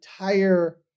entire